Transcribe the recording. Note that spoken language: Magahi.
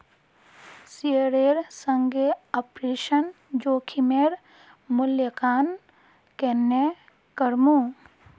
शेयरेर संगे ऑपरेशन जोखिमेर मूल्यांकन केन्ने करमू